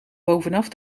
bovenaf